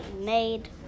made